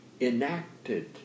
enacted